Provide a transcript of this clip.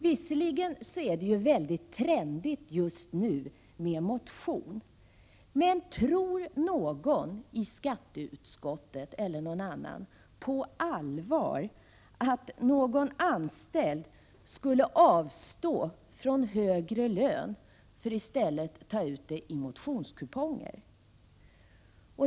Visserligen är det väldigt trendigt just nu med motion, men tror någon i skatteutskottet eller någon annan på allvar att någon anställd skulle avstå från högre lön för att i stället få motionskuponger?